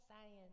science